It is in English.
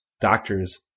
doctors